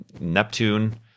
Neptune